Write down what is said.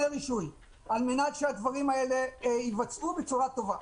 הרישוי על מנת שהדברים האלה יתבצעו בצורה טובה.